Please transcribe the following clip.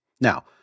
Now